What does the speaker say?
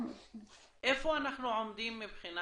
איפה אנחנו עומדים מהבחינה